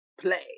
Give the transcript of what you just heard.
play